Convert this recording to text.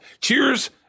cheers